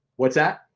what's that?